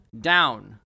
down